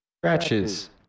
scratches